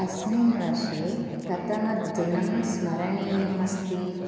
अस्मिन् वर्षे कतमद्दिनं स्मरणीयम् अस्ति